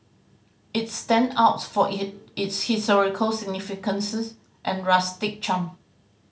it stand outs for its historical significance's and rustic charm